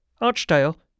Archdale